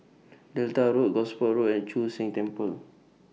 Delta Road Gosport Road and Chu Sheng Temple